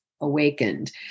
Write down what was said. awakened